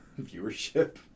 viewership